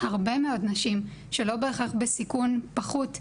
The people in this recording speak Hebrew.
הרבה מאוד נשים שלא בהכרח בסיכון פחות,